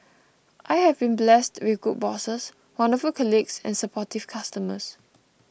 I have been blessed with good bosses wonderful colleagues and supportive customers